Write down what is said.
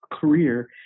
career